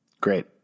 Great